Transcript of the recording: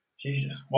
Jesus